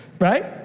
right